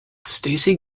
stacey